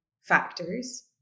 factors